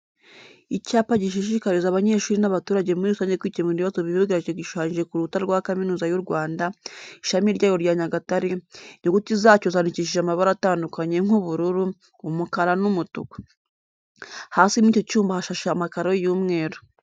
Icyapa gishishikariza abanyeshuri n'abaturage muri rusange kwikemurira ibibazo bibugarije gishushanyije ku rukuta rwa Kaminuza y'u Rwanda, Ishami ryayo rya Nyagatare, inyuguti zacyo zandikishije amabara atandukanye nk'ubururu, umukara n'umutuku. Hasi muri icyo cyumba hashashe amakaro y'umweru.